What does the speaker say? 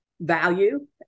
value